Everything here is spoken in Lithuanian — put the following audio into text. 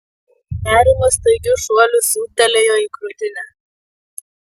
nerimas staigiu šuoliu siūbtelėjo į krūtinę